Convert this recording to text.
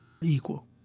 equal